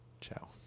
Ciao